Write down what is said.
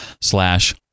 slash